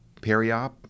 periop